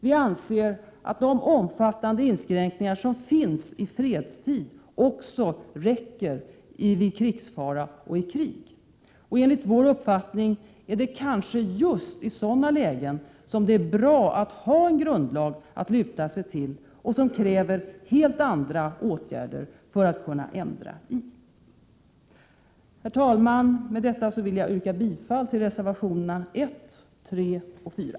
Vi anser att de omfattande inskränkningar som finns i fredstid räcker också vid krigsfara och i krig. Enligt vår uppfattning är det kanske just i sådana lägen som det är bra att ha en grundlag att luta sig mot, en lag som det krävs helt andra åtgärder för att kunna ändra på. Herr talman! Med detta vill jag yrka bifall till reservationerna 1, 3 och 4.